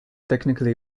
technically